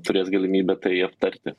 turės galimybę tai aptarti